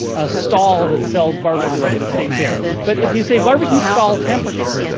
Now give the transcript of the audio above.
a stall that sells barbecue, like at a state fair. but if you say barbecue stall temperature,